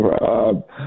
Rob